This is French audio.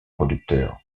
producteur